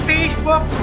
Facebook